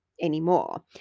anymore